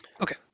Okay